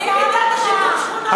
מי ביטל את שיקום השכונות?